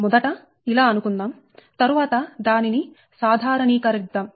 మొదట ఇలా అనుకుందాము తరువాత దానిని సాధారణీకరిఇస్తాము